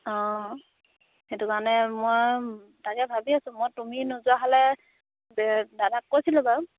অঁ সেইটো কাৰণে মই তাকে ভাবি আছোঁ মই তুমি নোযোৱা হ'লে দাদাক কৈছিলোঁ বাৰু